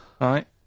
right